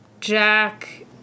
Jack